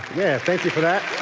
yeah, thank you for that.